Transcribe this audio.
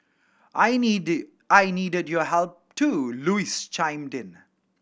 I needed I needed your help too Louise chimed in